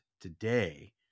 today